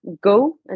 go